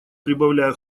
прибавляя